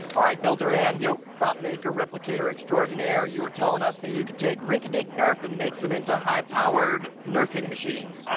all right bill doran, yo. prop maker, replicator extraordinaire. you were telling us that you could take rinky-dink nerf and make them into high-powered nerfing machines.